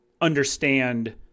understand